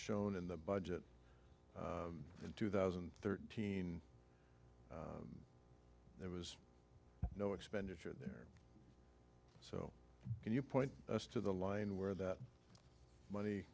shown in the budget in two thousand and thirteen there was no expenditure there so can you point us to the line where that money